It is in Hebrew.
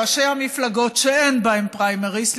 ראשי המפלגות שאין בהן פריימריז,